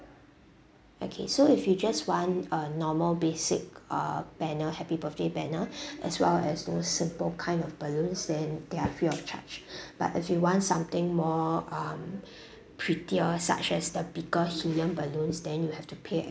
okay so if you just want a normal basic uh banner happy birthday banner as well as those simple kind of balloons then they are free of charge but if you want something more um prettier such as the bigger helium balloons then you have to pay